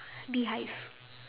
bee hive